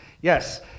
Yes